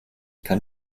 kann